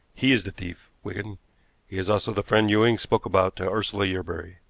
he is the thief, wigan. he is also the friend ewing spoke about to ursula yerbury.